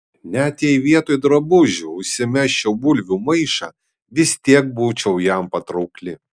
net jei vietoj drabužių užsimesčiau bulvių maišą vis tiek būčiau jam patraukli